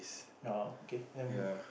err K then